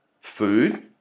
food